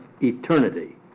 eternity